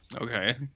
okay